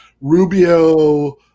Rubio